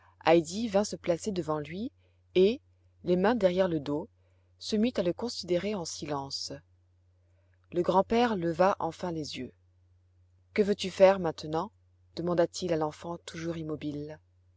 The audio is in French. vint se placer devant lui et les mains derrière le dos se mit à le considérer en silence le grand-père leva enfin les yeux que veux-tu faire maintenant demanda-t-il à l'enfant toujours immobile